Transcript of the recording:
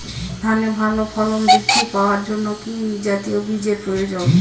ধানে ফলন বৃদ্ধি পাওয়ার জন্য কি জাতীয় বীজের প্রয়োজন?